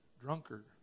drunkard